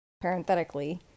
parenthetically